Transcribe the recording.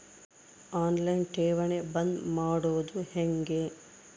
On line ಠೇವಣಿ ಬಂದ್ ಮಾಡೋದು ಹೆಂಗೆ?